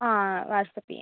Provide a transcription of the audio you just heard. ആ വാട്ട്സ്ആപ്പ് ചെയ്യാം